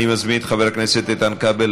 אני מזמין את חבר הכנסת איתן כבל.